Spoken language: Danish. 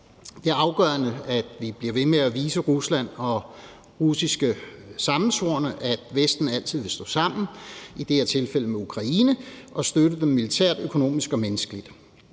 Det er afgørende, at vi bliver ved med at vise Rusland og russiske sammensvorne, at Vesten altid vil stå sammen, i det her tilfælde med Ukraine, og støtte ukrainerne militært, økonomisk og menneskeligt.